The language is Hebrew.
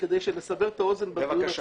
כדי שנסבר את האוזן בדיון עצמו,